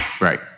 Right